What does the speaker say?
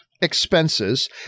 expenses